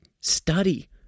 study